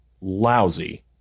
lousy